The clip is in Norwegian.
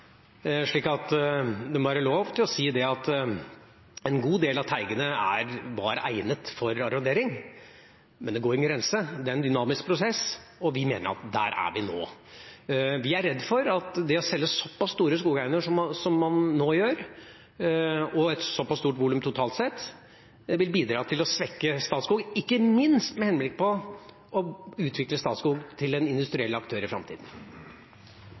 Det må være lov å si at en god del av teigene var egnet for arrondering, men det går en grense. Det er en dynamisk prosess, og vi mener at der er vi nå. Vi er redd for at det å selge såpass store skogeiendommer som man nå gjør, og et såpass stort volum totalt sett, vil bidra til å svekke Statskog, ikke minst med henblikk på å utvikle Statskog til en industriell aktør i framtiden.